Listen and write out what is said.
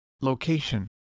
Location